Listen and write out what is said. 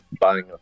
buying